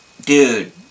Dude